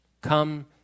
Come